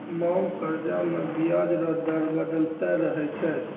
मांग कर्जा मे बियाज रो दर बदलते रहै छै